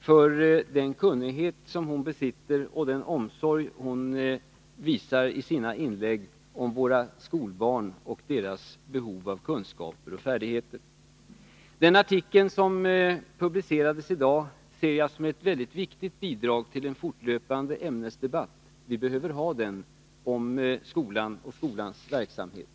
för den kunnighet som hon besitter och den omsorg som hon visar i sina inlägg om våra skolbarn och deras behov av kunskaper och färdigheter. Den artikel som publicerades i dag ser jag som ett väldigt viktigt bidrag till en fortlöpande ämnesdebatt — vi behöver ha den —- om skolan och dess verksamhet.